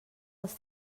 els